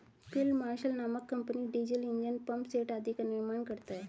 field Marshall नामक company diesel engine, pumpset आदि का निर्माण करता है